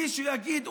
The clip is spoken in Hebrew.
מישהו יגיד,